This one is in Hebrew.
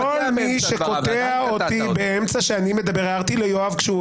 כל מי שקוטע אותי באמצע שאני מדבר הערתי ליואב כשהוא